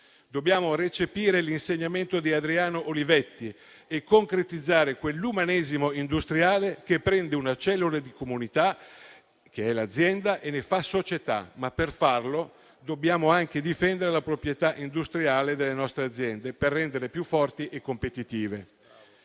Dobbiamo recepire l'insegnamento di Adriano Olivetti e concretizzare quell'umanesimo industriale che prende una cellula di comunità, che è l'azienda, e ne fa società; per farlo, però, dobbiamo anche difendere la proprietà industriale delle nostre aziende, per renderle più forti e competitive.